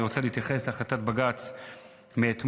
אני רוצה להתייחס להחלטת בג"ץ מאתמול,